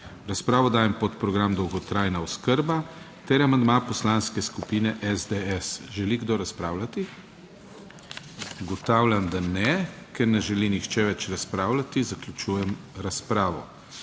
razpravo dajem podprogram dolgotrajna oskrba ter amandma Poslanske skupine SDS. Želi kdo razpravljati? (Ne.) Ugotavljam, da ne. Ker ne želi nihče več razpravljati, zaključujem razpravo.